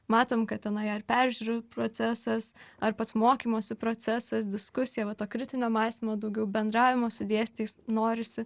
matom kad tenai ar peržiūrų procesas ar pats mokymosi procesas diskusija va to kritinio mąstymo daugiau bendravimo su dėstytojais norisi